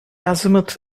azimuth